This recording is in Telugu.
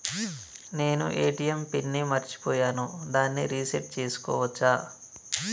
నేను ఏ.టి.ఎం పిన్ ని మరచిపోయాను దాన్ని రీ సెట్ చేసుకోవచ్చా?